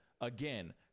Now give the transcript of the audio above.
again